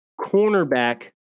cornerback